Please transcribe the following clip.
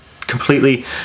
completely